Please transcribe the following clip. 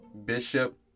Bishop